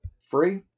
free